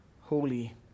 holy